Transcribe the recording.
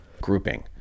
grouping